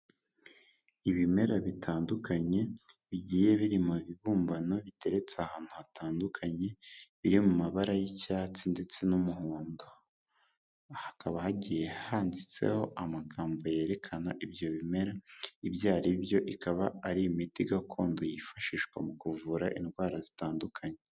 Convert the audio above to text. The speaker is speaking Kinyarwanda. Ibimera bitandukanye bigiye biri mu bibumbano biteretse ahantu hatandukanye, biri mu mabara y'icyatsi ndetse n'umuhondo, hakaba hgiye handitseho amagambo yerekana ibyo bimera ibyo ari byo, ikaba ari imiti gakondo yifashishwa mu kuvura indwara zitandukanye.